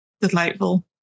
Delightful